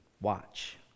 Watch